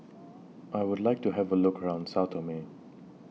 I Would like to Have A Look around Sao Tome